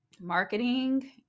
marketing